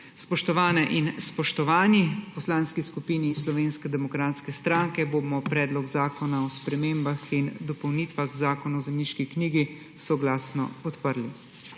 Spoštovane in spoštovani, v Poslanski skupini Slovenske demokratske stranke bomo Predlog zakona o spremembah in dopolnitvah Zakona o zemljiški knjigi soglasno podprli.